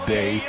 Day